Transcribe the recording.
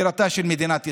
בירתה של מדינת ישראל,